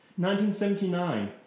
1979